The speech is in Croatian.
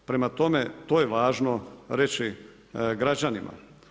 Prema tome, to je važno reći građanima.